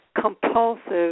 compulsive